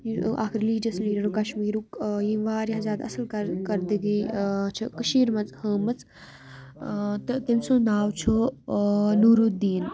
اکھ ریلِجَس لیٖڈَرُک کَشمیٖرُک ییٚمۍ واریاہ زیادٕ اَصٕل کَر گَردٕگی چھِ کٔشیٖرِ منٛز ہٲمٕژ تہٕ تٔمۍ سُنٛد ناو چھُ نوٗرُدیٖن